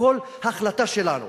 וכל החלטה שלנו